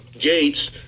Gates